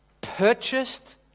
purchased